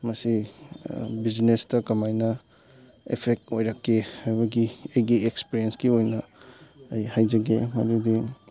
ꯃꯁꯤ ꯕꯤꯖꯤꯅꯦꯁꯇ ꯀꯃꯥꯏꯅ ꯑꯦꯐꯦꯛ ꯑꯣꯏꯔꯛꯀꯦ ꯍꯥꯏꯕꯒꯤ ꯑꯩꯒꯤ ꯑꯦꯛꯁꯄꯤꯔꯤꯌꯦꯟꯁꯀꯤ ꯑꯣꯏꯅ ꯑꯩ ꯍꯥꯏꯖꯒꯦ ꯑꯗꯨꯗꯤ